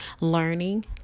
learning